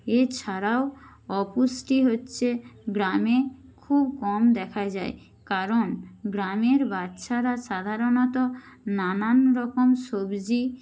এছাড়াও অপুষ্টি হচ্ছে গ্রামে খুব কম দেখা যায় কারণ গ্রামের বচ্চারা সাধারণত নানান রকম সবজি